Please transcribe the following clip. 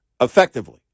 effectively